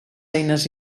eines